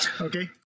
Okay